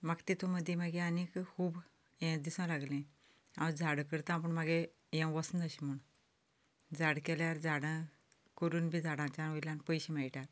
म्हाका तातूंत मदीं मागीर आनी खूब हें दिसूंक लागलें हांव झाडां करतां म्हूण मागीर हें वचना अशें म्हूण झाडां केल्यार झाडां करून बी झाडांचेर वयल्यान पयशे मेळटात